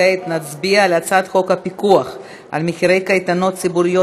כעת נצביע על הצעת חוק הפיקוח על מחירי קייטנות ציבוריות,